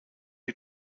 you